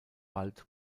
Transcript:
wald